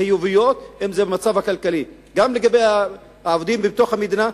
חיוביות מהמצב הכלכלי גם לגבי העובדים בתוך המדינה,